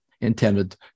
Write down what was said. intended